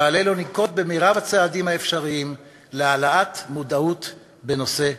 ועלינו לנקוט את מרב הצעדים האפשריים להגברת המודעות לנושא הפנסיוני.